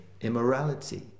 immorality